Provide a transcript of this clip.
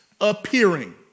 appearing